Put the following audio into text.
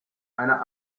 einer